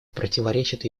противоречит